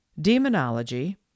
demonology